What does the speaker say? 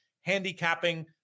handicapping